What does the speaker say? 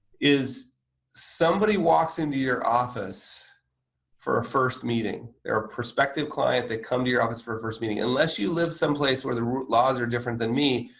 somebody walks into your office for a first meeting, they're a prospective client, they come to your office for a first meeting. unless you live someplace where the laws are different than me,